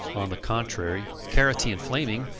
on the contrary, carroty and flaming,